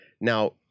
Now